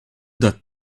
that